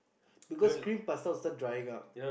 because cream pasta will start drying up